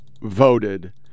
voted